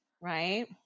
Right